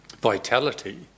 vitality